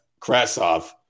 Krasov